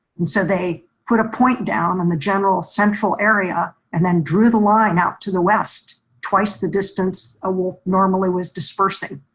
and so they put a point down on the general central area and then drew the line out to the west twice the distance a wolf normally was dispersing.